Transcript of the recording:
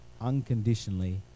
unconditionally